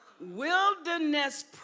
Wilderness